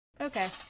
Okay